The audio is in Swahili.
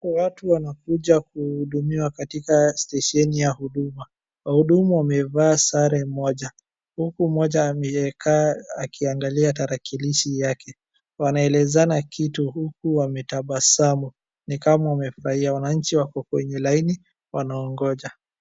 Watu wanakuja kuhudumiwa katika stesheni ya huduma, wahudumu wamevaa sare moja huku mmoja amekaa akiangalia tarakilishi yake, wanaelezana kitu huku wametabasamu ni kama wamefurahia, wananchi wako kwenye laini wanaongoja.